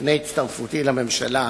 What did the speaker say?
לפני הצטרפותי לממשלה,